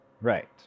Right